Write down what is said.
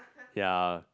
ya